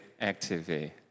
activate